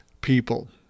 people